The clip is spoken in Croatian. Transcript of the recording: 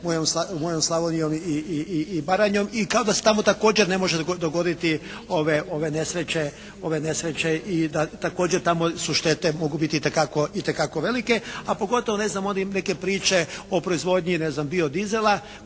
mojom Slavonijom i Baranjom. I kao da se tamo također ne može dogoditi ove nesreće i također tamo su štete, mogu biti itekako velike. A pogotovo ne znam one neke priče o proizvodnji, ne znam